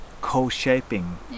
co-shaping